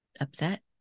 upset